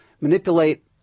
manipulate